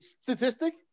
statistic